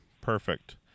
perfect